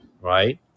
right